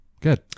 good